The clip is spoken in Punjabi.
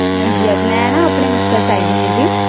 ਹਾਂਜੀ ਮੈਂ ਨਾ ਆਪਣੇ ਮੁਕਤਸਰ 'ਚ ਆਈ ਹੋਈ ਹਾਂ ਜੀ